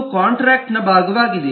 ಇದು ಕಾಂಟ್ರಾಕ್ಟ್ ನ ಭಾಗವಾಗಿದೆ